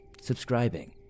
subscribing